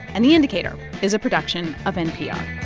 and the indicator is a production of npr